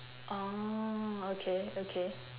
orh okay okay